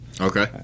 Okay